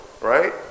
Right